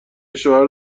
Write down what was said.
شوهر